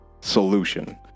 solution